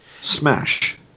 Smash